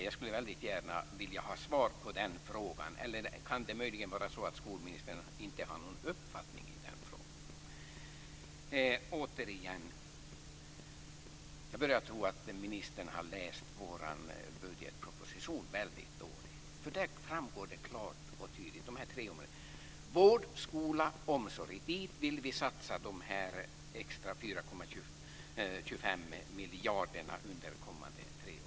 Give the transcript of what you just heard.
Jag skulle gärna vilja ha svar på den frågan - eller kan det möjligen vara så att skolministern inte har någon uppfattning i den? Jag börjar tro att ministern har läst vårt budgetförslag dåligt. Där framgår de tre områdena klart och tydligt - vård, skola och omsorg. På dem vill vi satsa de extra 4,25 miljarderna under kommande treårsperiod.